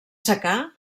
secà